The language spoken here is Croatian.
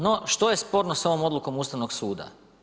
No što je sporno s ovom odlukom Ustavnog suda?